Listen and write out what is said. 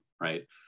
right